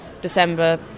december